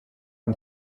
ein